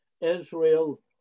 israel